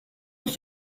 pour